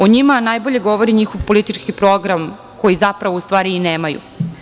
O njima najbolje govori njihov politički program koji u stvari i nemaju.